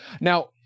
Now